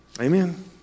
Amen